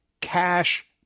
cash